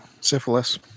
Syphilis